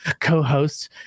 co-host